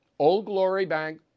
Oldglorybank